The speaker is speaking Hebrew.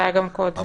זה היה גם קודם.